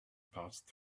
passed